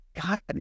God